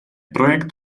projekt